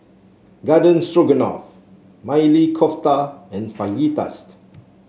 Garden Stroganoff Maili Kofta and Fajitas